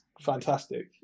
fantastic